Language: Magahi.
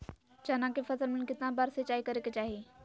चना के फसल में कितना बार सिंचाई करें के चाहि?